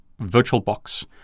VirtualBox